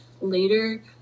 later